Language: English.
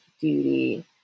duty